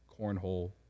cornhole